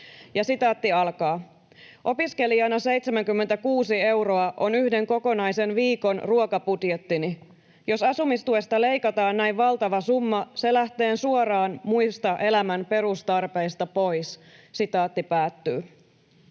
säästän?” ”Opiskelijana 76 euroa on yhden kokonaisen viikon ruokabudjettini. Jos asumistuesta leikataan näin valtava summa, se lähtee suoraan muista elämän perustarpeista pois.”